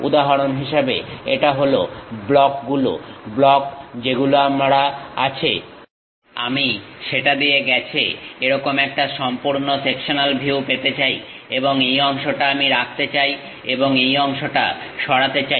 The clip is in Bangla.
উদাহরণ হিসেবে এটা হলো ব্লক গুলো ব্লক যেগুলো আমার আছে আমি সেটা দিয়ে গেছে এরকম একটা সম্পূর্ণ সেকশনাল ভিউ পেতে চাই এবং এই অংশটা আমি রাখতে চাই এবং এই অংশটা সরাতে চাই